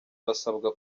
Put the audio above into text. basabwa